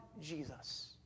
Jesus